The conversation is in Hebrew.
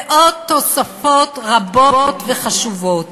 ועוד תוספות רבות וחשובות.